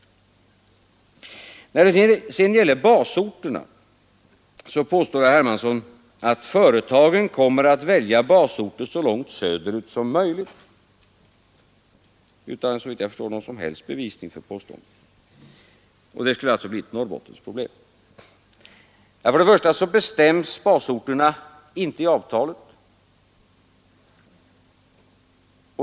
När det sedan gäller basorterna påstod herr Hermansson — utan, så vitt jag förstår, något som helst bevis för påståendet — att företagen kommer ic) Tisdagen den 5 12 december 1972 är alltså inte genom att ta ställning till avtalet som vi tar ställning till hur Det skulle alltså bli ett Norrbottensproblem. För det första bestäms basorterna inte i avtalet.